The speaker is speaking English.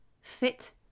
fit